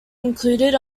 included